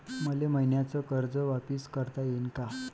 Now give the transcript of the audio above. मले मईन्याचं कर्ज वापिस करता येईन का?